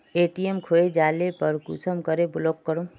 ATM खोये जाले पर कुंसम करे ब्लॉक करूम?